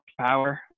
power